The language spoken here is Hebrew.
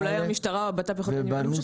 אולי המשטרה או המשרד לביטחון פנים יכולים להתייחס.